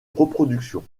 reproduction